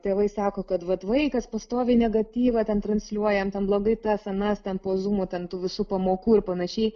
tėvai sako kad vat vaikas pastoviai negatyvą ten transliuoja jam ten blogai tas anas ten po zumo ten tų visų pamokų ir panašiai